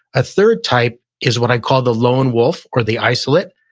a third type is what i call the lone wolf or the isolate.